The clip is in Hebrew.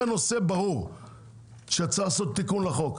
זה נושא ברור שצריך לעשות תיקון לחוק,